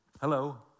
Hello